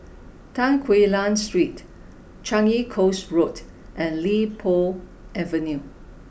Tan Quee Lan Street Changi Coast Road and Li Po Avenue